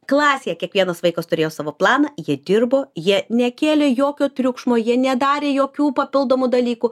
klasėje kiekvienas vaikas turėjo savo planą jie dirbo jie nekėlė jokio triukšmo jie nedarė jokių papildomų dalykų